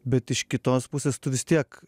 bet iš kitos pusės tu vis tiek